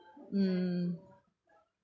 mm